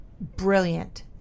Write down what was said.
brilliant